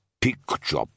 picture